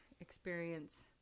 experience